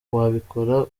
wabikora